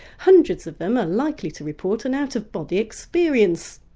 hundreds of them are likely to report an out-of-body experience.